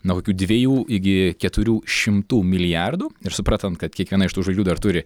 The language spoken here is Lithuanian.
nuo kokių dviejų iki keturių šimtų milijardų ir suprantant kad kiekviena iš tų žvaigždžių dar turi